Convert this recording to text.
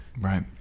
Right